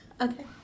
Okay